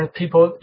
people